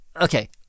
okay—